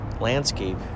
landscape